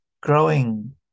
growing